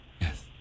Yes